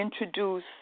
introduce